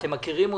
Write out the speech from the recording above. אתם מכירים אותי.